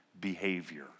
behavior